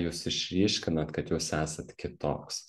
jūs išryškinat kad jūs esat kitoks